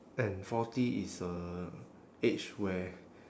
and forty is a age where